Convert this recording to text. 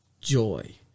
joy